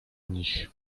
nich